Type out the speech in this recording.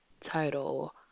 title